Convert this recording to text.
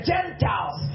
Gentiles